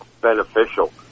beneficial